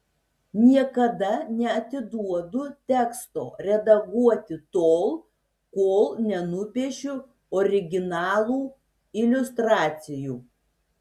niekada neatiduodu teksto redaguoti tol kol nenupiešiu originalų iliustracijų